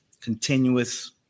continuous